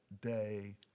day